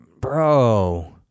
bro